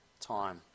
time